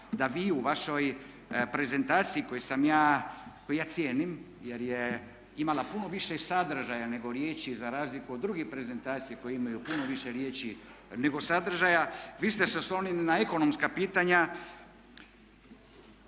da vi u vašoj prezentaciji koju ja cijenim jer je imala puno više sadržaja nego riječi za razliku od drugih prezentacija koje imaju puno više riječi nego sadržaja vi ste se oslonili na ekonomska pitanja